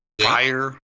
Fire